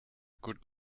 good